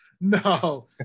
no